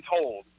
told